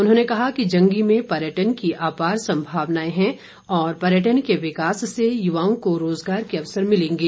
उन्होंने कहा कि जंगी में पर्यटन की अपार संभावना है और पर्यटन के विकास से युवाओं को रोजगार के अवसर मिलेंगे